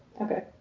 Okay